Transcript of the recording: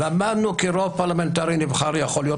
"למדנו כי רוב פרלמנטרי נבחר יכול להיות